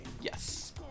Yes